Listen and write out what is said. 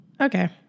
Okay